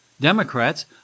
Democrats